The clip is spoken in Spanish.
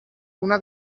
una